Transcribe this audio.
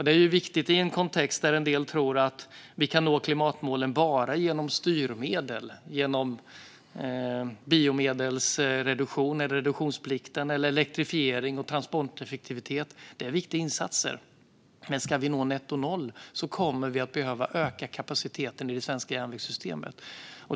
Det är viktigt i en kontext där en del tror att vi kan nå klimatmålen bara genom styrmedel, genom reduktionsplikten eller elektrifiering och transporteffektivitet. Det är viktiga insatser. Men om vi ska nå netto noll kommer vi att behöva öka kapaciteten i det svenska järnvägssystemet.